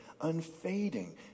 unfading